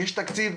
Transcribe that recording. יש תקציב,